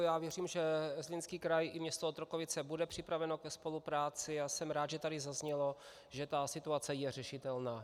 Já věřím, že Zlínský kraj i město Otrokovice budou připraveny ke spolupráci, a jsem rád, že tady zaznělo, že ta situace je řešitelná.